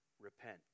repent